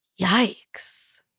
yikes